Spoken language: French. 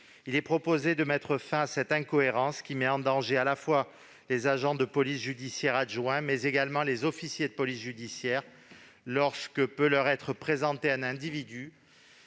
Il est proposé de mettre fin à cette incohérence, qui met en danger, à la fois, les agents de police judiciaire adjoints, mais également les officiers de police judiciaire lorsque leur est présenté un individu